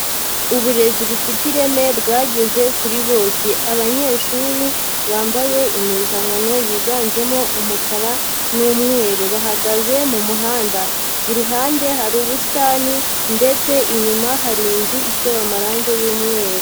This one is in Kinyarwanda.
Uburezi bufite ireme bwageze kuri bose, abanyeshuri bambaye impuzankano yiganjemo umukara n'umweru bahagaze mu muhanda, iruhande hari ubusitani ndetse inyuma hari inzu itewe amarangi y'umweru.